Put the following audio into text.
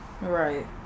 Right